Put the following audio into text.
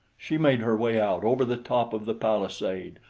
she made her way out over the top of the palisade,